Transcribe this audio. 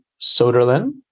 Soderlin